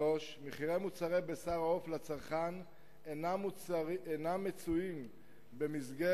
2 3. מחירי מוצרי בשר העוף לצרכן אינם מצויים במסגרת